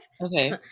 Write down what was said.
Okay